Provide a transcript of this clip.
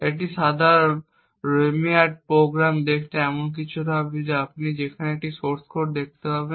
একটি সাধারণ Rowhammered program দেখতে এরকম কিছু হবে আপনি আসলে এখানে সোর্স কোডটি দেখতে পারেন